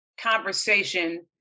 conversation